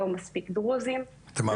לא מספיק דרוזים.